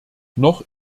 noch